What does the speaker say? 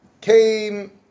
came